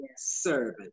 servant